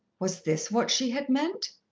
was this what she had meant?